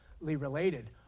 related